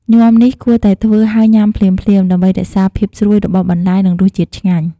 ញាំនេះគួរតែធ្វើហើយញ៉ាំភ្លាមៗ ដើម្បីរក្សាភាពស្រួយរបស់បន្លែ និងរសជាតិឆ្ងាញ់។